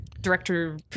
director